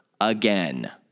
again